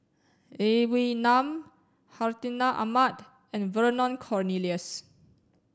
Lee Wee Nam Hartinah Ahmad and Vernon Cornelius